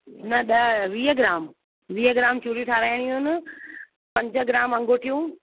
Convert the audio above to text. न ॾह वीह ग्राम वीह ग्राम चूड़ियूं ठहाराइणियूं आहिनि पंज ग्राम अंगूठियूं